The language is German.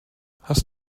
hast